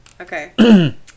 Okay